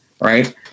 Right